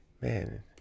man